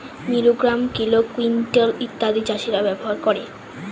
milligram, kilo, quintal ইত্যাদি চাষীরা ব্যবহার করে